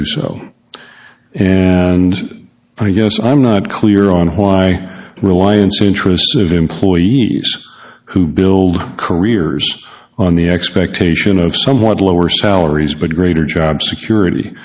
do so and i guess i'm not clear on why reliance the interests of employees who build careers on the expectation of somewhat lower salaries but greater job security